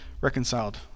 reconciled